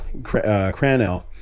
Cranell